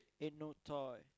ain't no toy